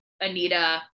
anita